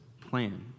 plan